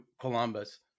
Columbus